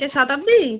কে শতাব্দী